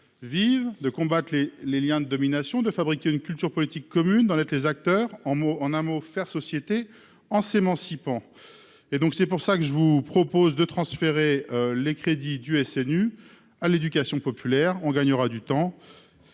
de combattre les liens de domination, de fabriquer une culture politique commune et d'en être les acteurs, en un mot de faire société en s'émancipant. Aussi, je vous propose de transférer les crédits du SNU à l'éducation populaire : nous